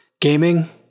gaming